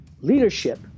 Leadership